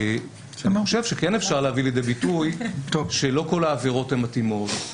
אני חושב שכן אפשר להביא לידי ביטוי שלא כל העבירות הן מתאימות.